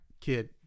kid